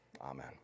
Amen